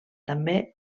també